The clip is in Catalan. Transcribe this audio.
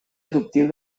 adoptiu